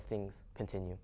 of things continue